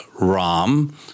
Ram